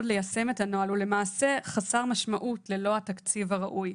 ליישם את הנוהל והוא למעשה חסר משמעות ללא התקציב הראוי.